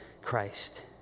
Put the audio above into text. Christ